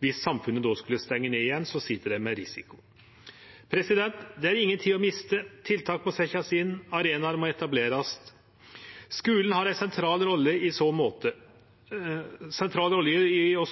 Viss samfunnet skulle stengje ned igjen, sit dei med risikoen. Det er inga tid å miste. Tiltak må setjast inn, arenaer må etablerast. Skulen har ei sentral rolle i så